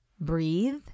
Breathe